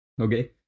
Okay